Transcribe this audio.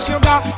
Sugar